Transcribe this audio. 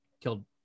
killed